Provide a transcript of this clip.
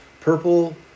purple